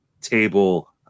table